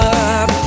up